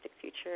future